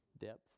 depth